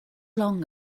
long